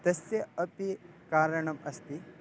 तस्य अपि कारणम् अस्ति